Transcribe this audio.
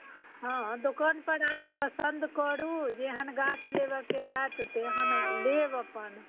हँ दोकानपर आउ पसन्द करू जेहन गाछ लेबऽके होएत तेहन लेब अपन